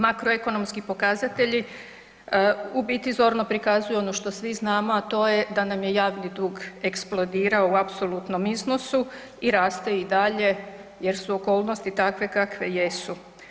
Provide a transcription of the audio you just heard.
Makroekonomski pokazatelji, u biti zorno prikazuju ono što svi znamo a to je da nam je javni dug eksplodirao u apsolutnom iznosu i raste i dalje jer su okolnosti takve kakve jesu.